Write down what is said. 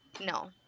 No